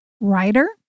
writer